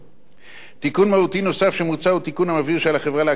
תיקון מהותי נוסף שמוצע הוא תיקון המבהיר שעל החברה להקצות סכום משמעותי